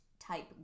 type